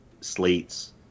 slates